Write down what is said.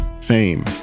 fame